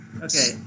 Okay